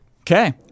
Okay